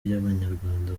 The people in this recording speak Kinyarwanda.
y’abanyarwanda